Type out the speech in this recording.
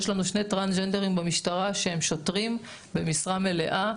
יש לנו שני טרנסג'נדרים במשטרה שהם שוטרים במשרה מלאה,